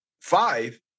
five